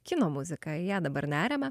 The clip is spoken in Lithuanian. kino muzika į ją dabar neriame